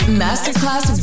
masterclass